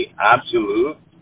absolute